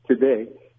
today